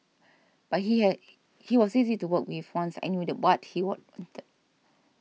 but he had he was easy to work with once I knew what he